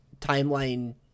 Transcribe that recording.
timeline